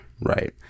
right